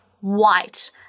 white